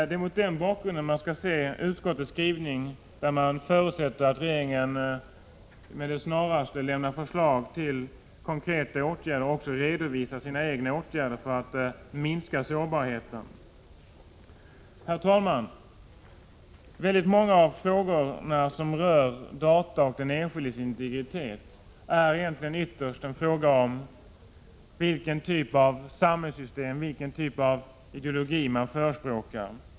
Det är mot denna bakgrund som man skall se utskottets skrivning i vilken 149 förutsätts att regeringen med det snaraste lämnar förslag till konkreta åtgärder och också redovisar vidtagna åtgärder för att minska sårbarheten. Herr talman! Väldigt många av de frågor som rör data och den enskildes integritet gäller egentligen ytterst vilken typ av samhällssystem och ideologi som man förespråkar.